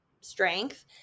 strength